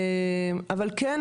אבל כן,